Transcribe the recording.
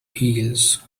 heels